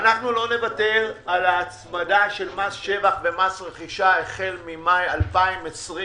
לא נוותר על ההצמדה של מס שבח ומס רכישה החל ממאי 2021,